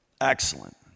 Excellent